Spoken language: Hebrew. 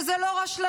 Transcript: וזו לא רשלנות,